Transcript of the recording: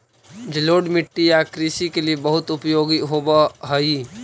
जलोढ़ मिट्टी या कृषि के लिए बहुत उपयोगी होवअ हई